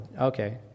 okay